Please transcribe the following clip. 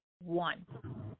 one